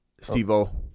Steve-O